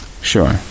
Sure